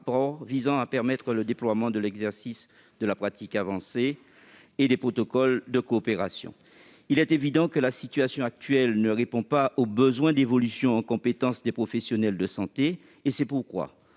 contribuer au déploiement de l'exercice en pratique avancée et des protocoles de coopération. Il est évident que la situation actuelle ne répond pas aux besoins d'évolution en compétences des professionnels de santé. C'est pourquoi